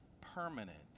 permanent